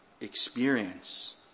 experience